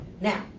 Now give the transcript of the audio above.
Now